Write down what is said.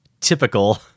typical